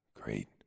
Great